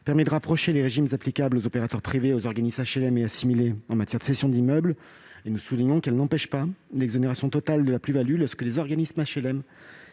permet de rapprocher les régimes applicables aux opérateurs privés et aux organismes HLM et assimilés en matière de cessions d'immeubles. Nous soulignons qu'elle n'empêche pas l'exonération totale de la plus-value lorsque les organismes HLM